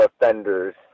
offenders